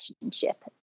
relationship